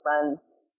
friends